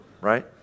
Right